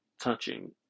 touching